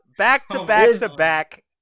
Back-to-back-to-back